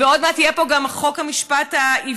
ועוד מעט יהיה גם פה חוק המשפט העברי,